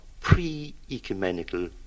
pre-ecumenical